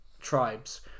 tribes